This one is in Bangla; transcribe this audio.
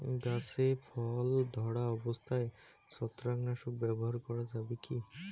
গাছে ফল ধরা অবস্থায় ছত্রাকনাশক ব্যবহার করা যাবে কী?